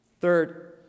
third